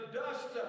dust